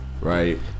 right